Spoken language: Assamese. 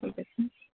ঠিক আছে